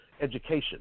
education